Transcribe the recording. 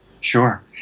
Sure